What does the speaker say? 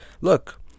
look